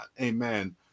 amen